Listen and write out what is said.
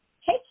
Hey